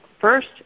first